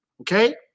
Okay